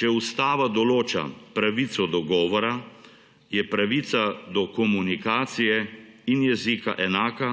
Če Ustava določa pravico do govora je pravica do komunikacije in jezika enaka